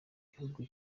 bihugu